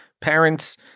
parents